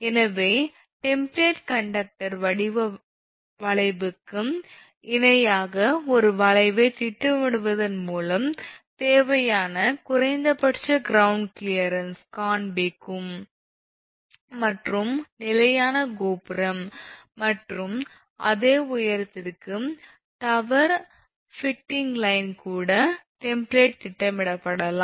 எனவே template conductor வடிவ வளைவுக்கு இணையாக ஒரு வளைவைத் திட்டமிடுவதன் மூலம் தேவையான குறைந்தபட்ச கிரவுண்ட் கிளியரன்ஸ் காண்பிக்கும் மற்றும் நிலையான கோபுரம் மற்றும் அதே உயரத்திற்கு டவர் ஃபுடிங் லைன் கூட டெம்ப்ளேட்டில் திட்டமிடப்படலாம்